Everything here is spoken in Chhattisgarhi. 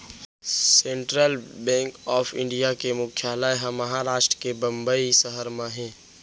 सेंटरल बेंक ऑफ इंडिया के मुख्यालय ह महारास्ट के बंबई सहर म हे